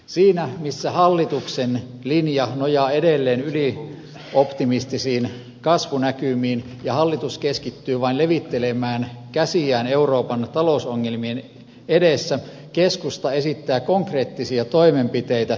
siinä missä hallituksen linja nojaa edelleen ylioptimistisiin kasvunäkymiin ja hallitus keskittyy vain levittelemään käsiään euroopan talousongelmien edessä keskusta esittää konkreettisia toimenpiteitä